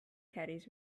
caddies